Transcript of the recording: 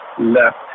left